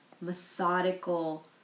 methodical